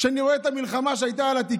כשאני רואה את המלחמה על התיקים,